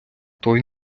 той